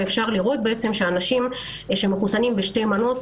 אפשר לראות שאנשים שמחוסנים בשתי מנות,